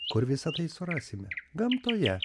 kur visa tai surasime gamtoje